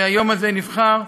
וליום הזה נבחר,